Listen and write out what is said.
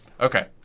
okay